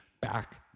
back